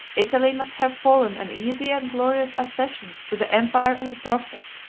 italy must have fallen an easy and glorious accession to the empire of the prophet.